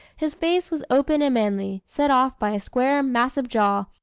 his face was open and manly, set off by a square, massive jaw,